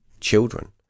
children